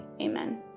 amen